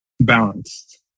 Balanced